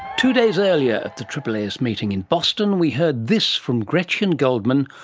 two days earlier at the aaas meeting in boston we heard this from gretchen goldman,